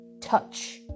touch